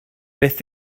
beth